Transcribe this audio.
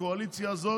לקואליציה הזו